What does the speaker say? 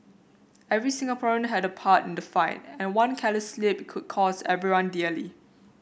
every Singaporean had a part in the fight and one careless slip could cost everyone dearly